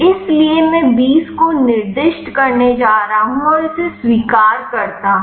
इसलिए मैं 20 को निर्दिष्ट करने जा रहा हूं और इसे स्वीकार करता हूं